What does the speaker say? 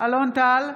אלון טל,